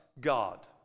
God